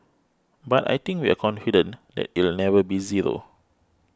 but I think we're confident that it'll never be zero